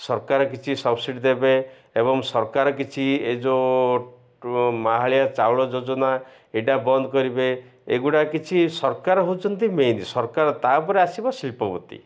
ସରକାର କିଛି ସବସିଡ଼ି ଦେବେ ଏବଂ ସରକାର କିଛି ଏ ଯେଉଁ ମାହାଳିଆ ଚାଉଳ ଯୋଜନା ଏଇଟା ବନ୍ଦ କରିବେ ଏଗୁଡ଼ା କିଛି ସରକାର ହୁଅନ୍ତି ମେନ୍ ସରକାର ତାପରେ ଆସିବ ଶିଳ୍ପବତି